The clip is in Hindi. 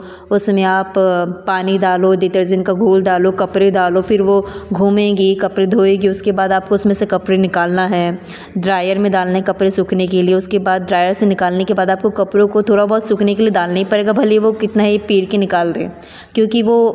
उसमें आप पानी डालो डिटर्जेंट का घोल डालो कपड़े डालो फिर वह घूमेंगी कपड़े धोएगी उसके बाद आप उसमें से कपड़े निकालना है ड्रायर में डालने कपड़े सूखने के लिए उसके बाद ड्रायर से निकालने के बाद आपको कपड़ों को थोड़ा बहुत सूखने के लिए डालने ही पड़ेगा भले वह कितना ही पेर कर निकला दे क्योंकि वो